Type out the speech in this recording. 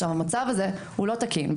המצב הזה הוא לא תקין,